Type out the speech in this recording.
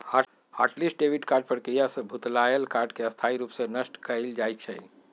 hot list debit card प्रक्रिया से भुतलायल कार्ड के स्थाई रूप से नष्ट कएल जाइ छइ